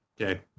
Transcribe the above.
Okay